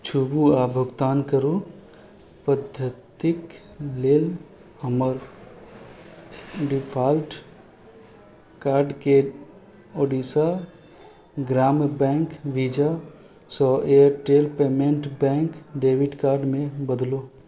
छूबु आ भुगतान करू पद्धतिक लेल हमर डिफाल्ट कार्डके ओडिशा ग्राम्य बैंक वीजासँ एयरटेल पेमेंट बैंक डेबिट कार्डमे बदलु